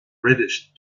reddish